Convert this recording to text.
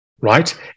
right